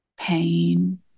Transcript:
pain